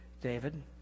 David